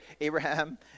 Abraham